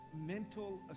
mental